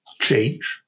change